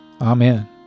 Amen